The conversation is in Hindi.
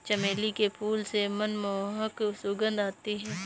चमेली के फूल से मनमोहक सुगंध आती है